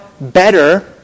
better